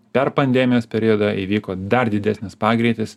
per pandemijos periodą įvyko dar didesnis pagreitis